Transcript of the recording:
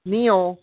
Neil